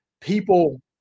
people